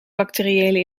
bacteriële